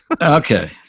Okay